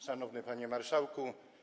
Szanowny Panie Marszałku!